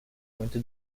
muito